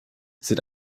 sind